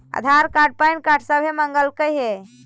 आधार card PAN card सभे मगलके हे?